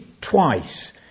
twice